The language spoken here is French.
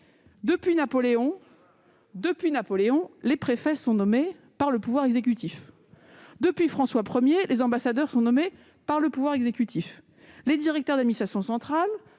Depuis Napoléon, les préfets sont nommés par le pouvoir exécutif. Depuis François I, les ambassadeurs sont nommés par le pouvoir exécutif. La nomination des directeurs d'administration centrale